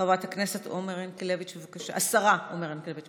חברת הכנסת עומר ינקלביץ' השרה עומר ינקלביץ',